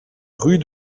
rue